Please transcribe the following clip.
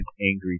angry